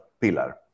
pillar